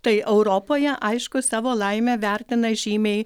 tai europoje aišku savo laimę vertina žymiai